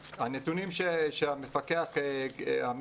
המפקח אומר